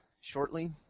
shortly